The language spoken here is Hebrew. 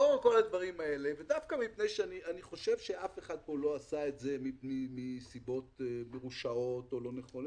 אני חושב שאף אחד כאן לא עשה את זה מסיבות מרושעות או לא נכונות,